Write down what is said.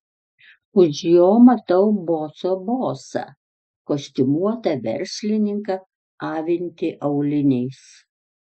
už jo matau boso bosą kostiumuotą verslininką avintį auliniais